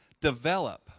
develop